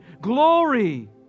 glory